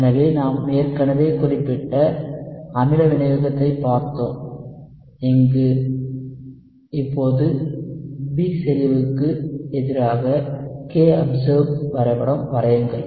எனவே நாம் ஏற்கனவே குறிப்பிட்ட அமில வினையூக்கத்தைப் பார்த்தோம் இங்கே இப்போது B செறிவுக்கு க்கு எதிராக kobserved வரைபடம் வரையுங்கள்